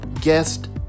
guest